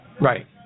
Right